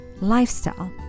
lifestyle